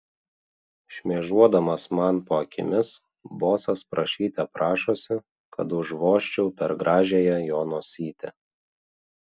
šmėžuodamas man po akimis bosas prašyte prašosi kad užvožčiau per gražiąją jo nosytę